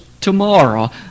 tomorrow